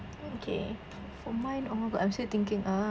okay for mine oh my god I'm still thinking uh